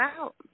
out